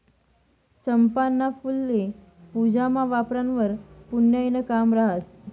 चंपाना फुल्ये पूजामा वापरावंवर पुन्याईनं काम रहास